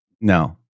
No